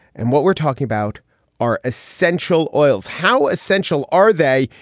and what we're talking about are essential oils. how essential are they,